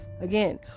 Again